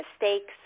mistakes